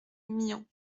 myans